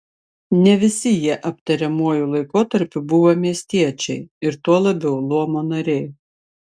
ne visi jie aptariamuoju laikotarpiu buvo miestiečiai ir tuo labiau luomo nariai